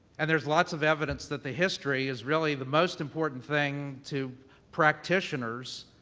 and there's lots of evidence that the history is really the most important thing to practitioners.